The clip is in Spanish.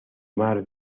mar